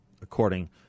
according